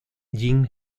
jin